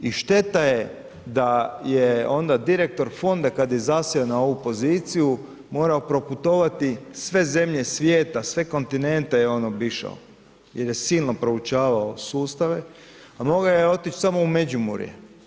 I šteta da je da onda direktor fonda kada je zasjeo na ovu poziciju morao proputovati sve zemlje svijeta, sve kontinente je on obišao jer je silno proučavao sustave, a mogao je otići samo u Međimurje.